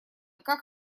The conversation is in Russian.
как